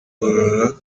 igorora